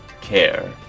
care